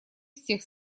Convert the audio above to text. всех